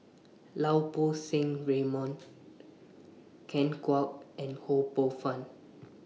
Lau Poo Seng Raymond Ken Kwek and Ho Poh Fun